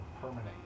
permanent